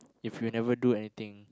if you never do anything